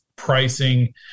pricing